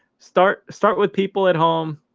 start start with people at home,